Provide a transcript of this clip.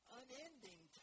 unending